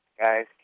Guys